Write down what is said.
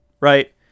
right